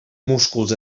músculs